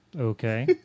Okay